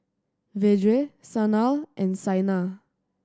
Vedre Sanal and Saina